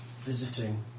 visiting